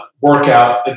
workout